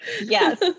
Yes